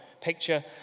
picture